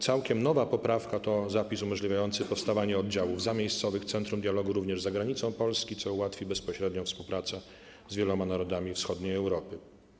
Całkiem nowa poprawka to zapis umożliwiający powstawanie oddziałów zamiejscowych Centrum Dialogu, również za granicą Polski, co ułatwi bezpośrednią współpracę z wieloma narodami Wschodniej Europy.